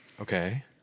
Okay